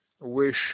wish